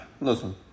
Listen